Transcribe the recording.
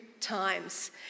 times